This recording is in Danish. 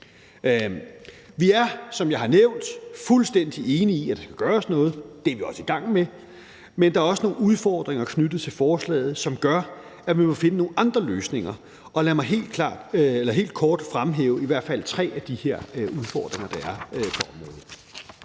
Vi er, som jeg har nævnt, fuldstændig enige i, at der skal gøres noget. Det er vi også i gang med. Men der er også nogle udfordringer knyttet til forslaget, som gør, at vi må finde nogle andre løsninger – og lad mig helt kort fremhæve i hvert fald tre af de her udfordringer, der er på området: